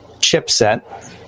chipset